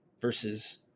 versus